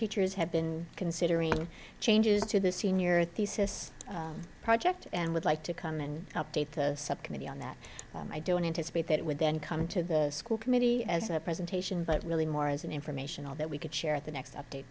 teachers have been considering changes to the senior thesis project and would like to come and update the subcommittee on that i don't anticipate that it would then come to the school committee as a presentation but really more as an information all that we could share at the next update